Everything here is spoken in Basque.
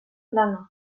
lana